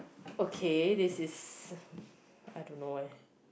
okay this is I don't know